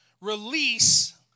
release